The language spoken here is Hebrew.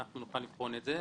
אנחנו נוכל לבחון את זה.